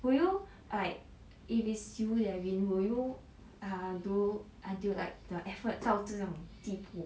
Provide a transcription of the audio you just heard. will you like if it's you davin will you do until like the effort 到这种地步